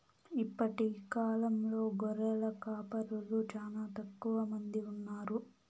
ఇప్పటి కాలంలో గొర్రెల కాపరులు చానా తక్కువ మంది ఉన్నారు